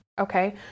okay